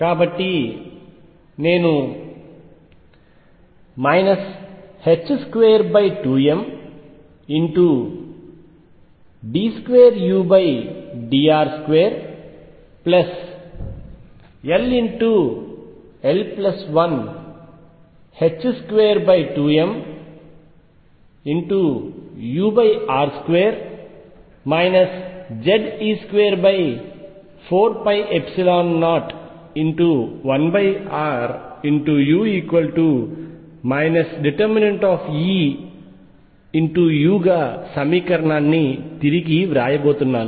కాబట్టి నేను 22md2udr2 ll122mur2 Ze24π01ru |E|u గా సమీకరణాన్ని తిరిగి వ్రాయబోతున్నాను